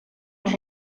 els